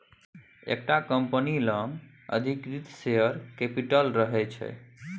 एकटा कंपनी लग अधिकृत शेयर कैपिटल रहय छै